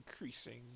increasing